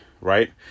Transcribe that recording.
Right